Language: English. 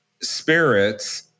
spirits